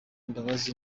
imbabazi